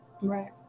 Right